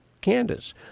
Candace